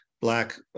Black